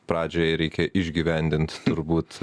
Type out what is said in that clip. pradžiai reikia išgyvendint turbūt